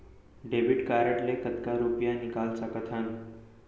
Debit card ले कतका रुपिया निकाल सकथन?